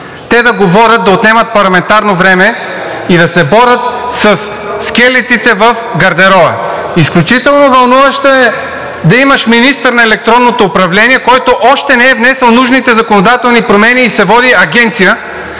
те да говорят, да отнемат парламентарно време и да се борят със скелетите в гардероба. Изключително вълнуващо е да имаш министър на електронното управление, който още не е внесъл нужните законодателни промени и се води агенция.